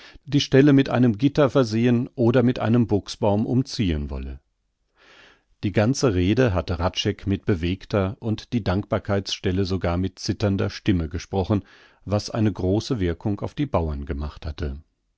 die stelle mit einem gitter versehen oder mit einem buchsbaum umziehn wolle die ganze rede hatte hradscheck mit bewegter und die dankbarkeitsstelle sogar mit zitternder stimme gesprochen was eine große wirkung auf die bauern gemacht hatte